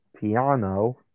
piano